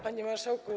Panie Marszałku!